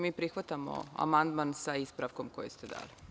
Mi prihvatamo amandman sa ispravkom koju ste dali.